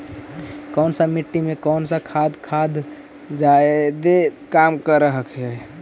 कौन सा मिट्टी मे कौन सा खाद खाद जादे काम कर हाइय?